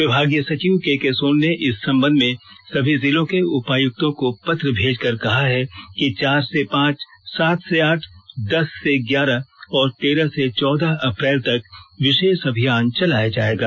विभागीय सचिव केके सोन ने इस संबंध में सभी जिलों के उपायुक्तों को पत्र भेजकर कहा है कि चार से पांच सात से आठ दस से ग्यारह और तेरह से चौदह अप्रैल तक विशेष अभियान चलाया जायेगा